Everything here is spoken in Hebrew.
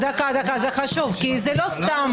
זה חשוב כי זה לא סתם.